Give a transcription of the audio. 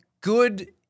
Good